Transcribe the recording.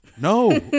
No